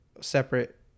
separate